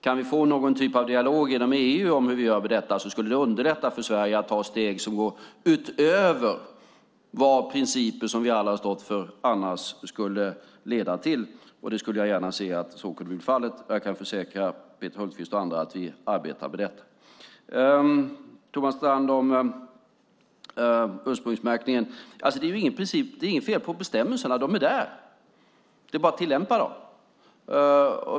Om vi kan få någon typ av dialog inom EU om hur vi gör med detta skulle det underlätta för Sverige att ta steg som går utöver vad principer som vi alla har stått för annars skulle leda till. Jag skulle gärna se att så kunde bli fallet, och jag kan försäkra Peter Hultqvist och andra att i arbetar med detta. Thomas Strand frågar om ursprungsmärkningen. Det är inget fel på bestämmelserna; de är där. Det är bara att tillämpa dem.